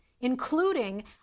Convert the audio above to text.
including